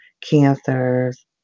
cancers